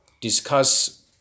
discuss